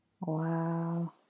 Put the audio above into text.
Wow